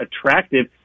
attractive